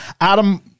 Adam